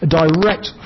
direct